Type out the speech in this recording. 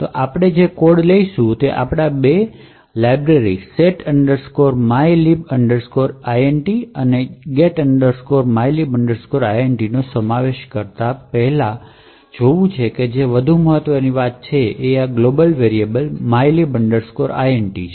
તો આપણે જે કોડ લઈશું તે આપણા બે પુસ્તકાલય set mylib int અને get mylib int નો સમાવેશ કરતા પહેલા જેવું છે અને વધુ મહત્ત્વની વાત એ છે કે આ ગ્લોબલ વેરિએબલ mylib int છે